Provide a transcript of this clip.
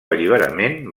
alliberament